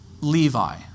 Levi